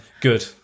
Good